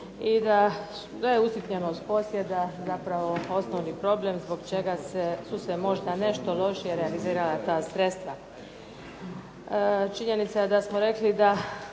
i da je usitnjenost posjeda zapravo osnovni problem zbog čega su se možda nešto lošije realizirala ta sredstva. Činjenica je da smo rekli da